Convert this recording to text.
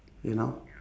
you know